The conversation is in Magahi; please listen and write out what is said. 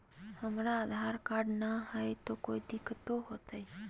हमरा आधार कार्ड न हय, तो कोइ दिकतो हो तय?